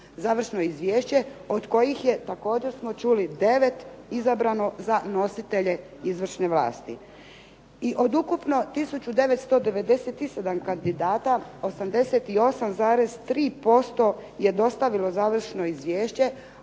od koji je također smo čuli 9 izabrano za nositelje izvršne vlasti. I od ukupno tisuću 997 kandidata 88,3% je dostavilo završno izvješće,